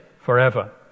forever